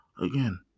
again